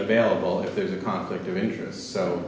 available if there's a conflict of interest so